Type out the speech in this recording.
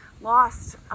lost